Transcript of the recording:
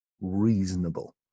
reasonable